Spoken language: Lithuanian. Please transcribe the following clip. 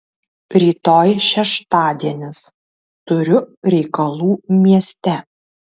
rytoj šeštadienis turiu reikalų mieste